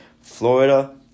florida